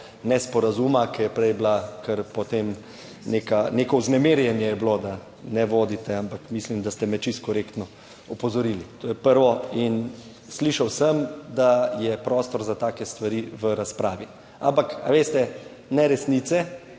nesporazuma, ki je prej bila kar potem neka, neko vznemirjenje je bilo, da ne vodite, ampak mislim, da ste me čisto korektno opozorili. To je prvo in slišal sem, da je prostor za take stvari v razpravi, ampak a veste, ne resnice